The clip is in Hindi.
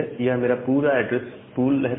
यह मेरा पूरा एड्रेस पूल था